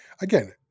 Again